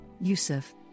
Yusuf